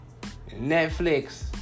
Netflix